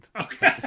Okay